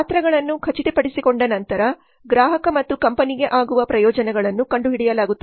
ಪಾತ್ರಗಳನ್ನು ಖಚಿತಪಡಿಸಿಕೊಂಡ ನಂತರ ಗ್ರಾಹಕ ಮತ್ತು ಕಂಪನಿಗೆ ಆಗುವ ಪ್ರಯೋಜನಗಳನ್ನು ಕಂಡುಹಿಡಿಯಲಾಗುತ್ತದೆ